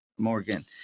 Morgan